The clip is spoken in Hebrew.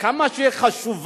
כמה שהיא חשובה,